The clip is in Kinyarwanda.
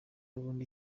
ubundi